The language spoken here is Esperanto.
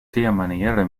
tiamaniere